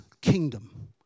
kingdom